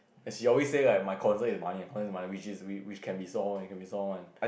as she always say like my concern is money my concern is money which is which which can be solved one which can be solved one